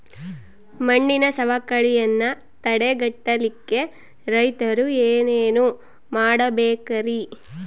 ಮಣ್ಣಿನ ಸವಕಳಿಯನ್ನ ತಡೆಗಟ್ಟಲಿಕ್ಕೆ ರೈತರು ಏನೇನು ಮಾಡಬೇಕರಿ?